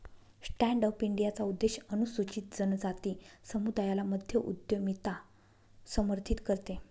stand up इंडियाचा उद्देश अनुसूचित जनजाति समुदायाला मध्य उद्यमिता समर्थित करते